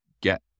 get